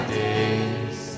days